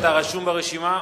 אתה רשום ברשימה.